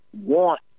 want